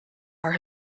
are